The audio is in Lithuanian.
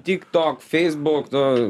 tiktok facebook nu